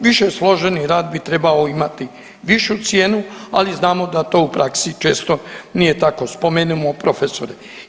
Više složeni rad bi trebao imati višu cijenu, ali znamo da to u praksi često nije tako, spomenimo profesore.